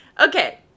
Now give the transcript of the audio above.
Okay